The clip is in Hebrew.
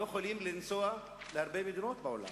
לא יכולים לנסוע להרבה מדינות בעולם,